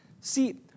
See